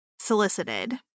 solicited